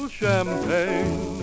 champagne